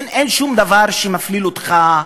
אין שום דבר שמפליל אותך,